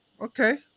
Okay